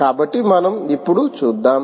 కాబట్టి మనం ఇప్పుడు చూద్దాం